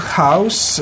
house